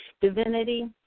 divinity